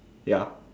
ya